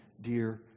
dear